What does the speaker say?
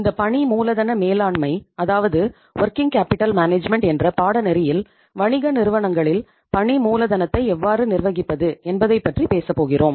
இந்த பணி மூலதன மேலாண்மை அதாவது வொர்க்கிங் கேபிட்டல் மேனேஜ்மென்ட் என்ற பாடநெறியில் வணிக நிறுவனங்களில் பணி மூலதனத்தை எவ்வாறு நிர்வகிப்பது என்பதைப் பற்றி பேசப்போகிறோம்